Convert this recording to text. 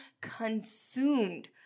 consumed